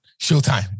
showtime